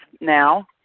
now